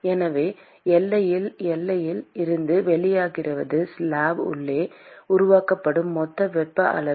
எனவே எல்லையில் எல்லையில் இருந்து வெளிவருவது ஸ்லாப் உள்ளே உருவாக்கப்படும் மொத்த வெப்ப அளவு